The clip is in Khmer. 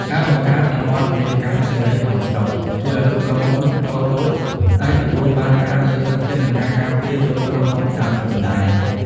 ការបង្កើត "តំបន់ពាណិជ្ជកម្មសេរីក្នុងស្រុក" ជួយឱ្យក្រុមហ៊ុនតូចៗអាចទទួលបានការលើកទឹកចិត្ត និងការការពារដូចក្រុមហ៊ុនខ្នាតធំដែរ។